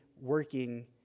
working